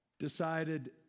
decided